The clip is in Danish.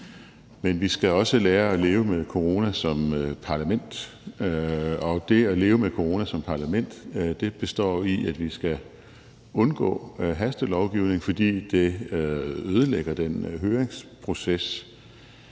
Men vi skal også lære at leve med corona som parlament, og det at leve med corona som parlament består i, at vi skal undgå hastelovgivning, fordi det ødelægger den høringsproces,